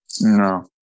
No